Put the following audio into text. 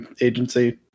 Agency